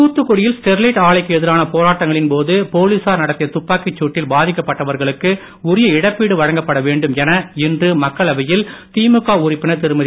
தூத்துக்குடியில் ஸ்டெர்லைட் ஆலைக்கு எதிரான போராட்டங்களின் போது போலிசார் நடத்திய துப்பாக்கிச் சூட்டில் பாதிக்கப்பட்டவர்களுக்கு உரிய இழப்பீடு வழங்கப்பட வேண்டும் என இன்று மக்களவையில் திமுக உறுப்பினர் திருமதி